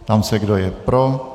Ptám se, kdo je pro.